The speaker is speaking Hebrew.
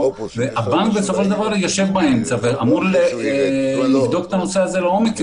והבנק בסופו של דבר יושב באמצע ואמור לבדוק את הנושא לעומק,